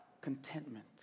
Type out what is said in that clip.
contentment